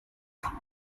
come